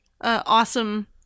awesome